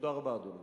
תודה רבה, אדוני.